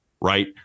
right